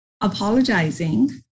apologizing